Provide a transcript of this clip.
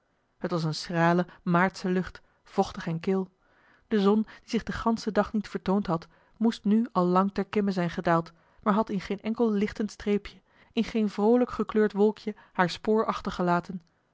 het was eene schrale maartsche lucht vochtig en kil de zon die zich den ganschen dag niet vertoond had moest nu al lang ter kimme zijn gedaald maar had in geen enkel lichtend streepje in geen vroolijk gekleurd wolkje haar spoor achterlaten